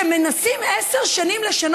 שמנסים עשר שנים לעשות